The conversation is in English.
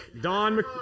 Don